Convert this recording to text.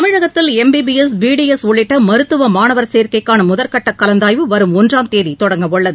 தமிழகத்தில் MBBS BDS உள்ளிட்ட மருத்துவ மாணவர் சேர்க்கைக்கான முதற்கட்ட கலந்தாய்வு வரும் ஒன்றாம் தேதி தொடங்கவுள்ளது